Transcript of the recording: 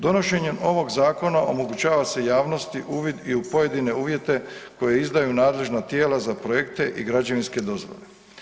Donošenjem ovog zakona omogućava se javnosti uvid i u pojedine uvjete koji izdaju nadležna tijela za projekte i građevinske dozvole.